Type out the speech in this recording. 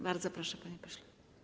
Bardzo proszę, panie pośle.